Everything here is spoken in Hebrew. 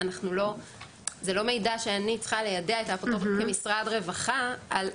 זה לא מידע שאני כמשרד רווחה צריכה